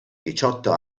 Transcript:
diciotto